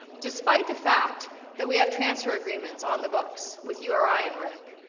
despite the fact that we have transfer agreements on the books, with uri and ric,